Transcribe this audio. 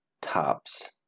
tops